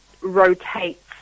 rotates